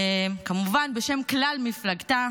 כמובן בשם כלל מפלגתה